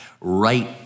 right